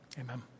Amen